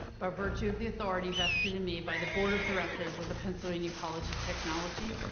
by virtue of the authority vested in me by the board of directors of the pennsylvania college of technology,